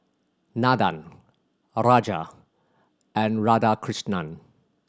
Nandan a Raja and Radhakrishnan